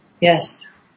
Yes